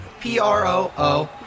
P-R-O-O